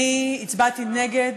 אני הצבעתי נגד